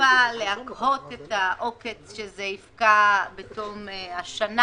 טיפה להקהות את העוקץ שזה יפקע בתום השנה